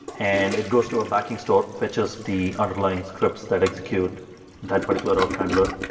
and it goes to a backing store, which is the underlying scripts that execute that particular route handler,